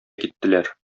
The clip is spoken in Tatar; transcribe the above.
киттеләр